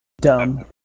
dumb